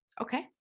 okay